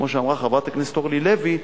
כמו שאמרה חברת הכנסת אורלי לוי,